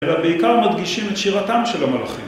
אלא בעיקר מדגישים את שירתם של המלאכים.